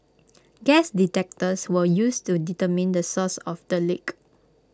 gas detectors were used to determine the source of the leak